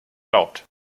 glaubt